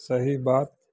सही बात